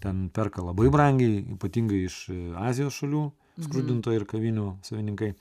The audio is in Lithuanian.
ten perka labai brangiai ypatingai iš azijos šalių skrudintojai ir kavinių savininkai